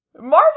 Marvel